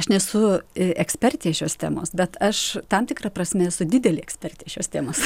aš nesu ekspertė šios temos bet aš tam tikra prasme esu didelė ekspertė šios temos